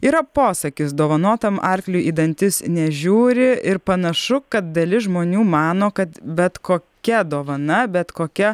yra posakis dovanotam arkliui į dantis nežiūri ir panašu kad dalis žmonių mano kad bet kokia dovana bet kokia